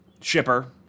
shipper